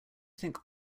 think